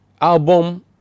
album